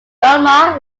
gunma